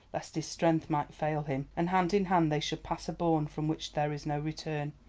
lest his strength might fail him, and hand in hand they should pass a bourne from which there is no return.